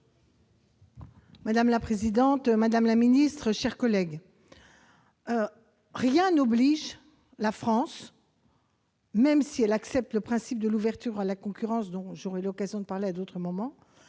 Madame la présidente, madame la ministre, mes chers collègues, même si elle accepte le principe de l'ouverture à la concurrence dont j'aurai l'occasion de parler à d'autres moments,